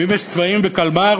ואם יש צבעים וקלמר,